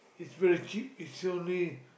is very cheap is only